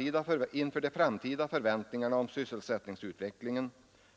Inför de framtida förväntningarna om sysselsättningsutvecklingen